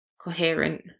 coherent